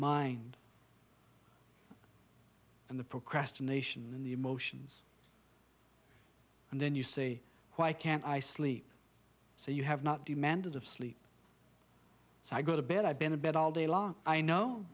mind and the procrastination and the emotions and then you say why can't i sleep so you have not demanded of sleep so i go to bed i've been in bed all day long i know